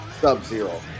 Sub-Zero